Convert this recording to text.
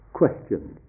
questions